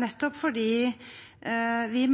nettopp fordi vi